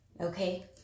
Okay